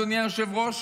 אדוני היושב-ראש,